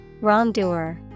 Wrongdoer